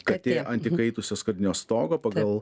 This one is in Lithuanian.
katė ant įkaitusio skardinio stogo pagal